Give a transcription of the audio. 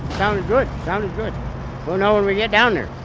sounded good. sounded good. we'll know when we get down there.